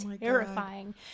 terrifying